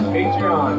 Patreon